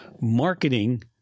marketing